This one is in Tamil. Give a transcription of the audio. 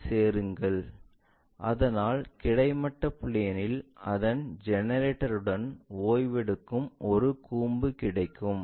அதில் சேருங்கள் அதனால் கிடைமட்ட பிளேன்இல் அதன் ஜெனரேட்டருடன் ஓய்வெடுக்கும் ஒரு கூம்பு கிடைக்கும்